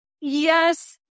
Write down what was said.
Yes